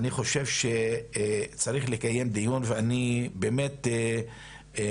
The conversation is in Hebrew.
אני חושב שצריך לקיים דיון ואני באמת תמה